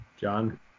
john